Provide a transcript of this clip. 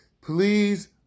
please